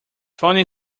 funny